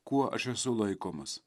kuo aš esu laikomas